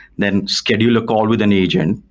then schedule a call with an agent,